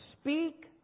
speak